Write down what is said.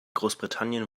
großbritannien